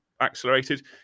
accelerated